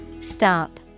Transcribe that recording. Stop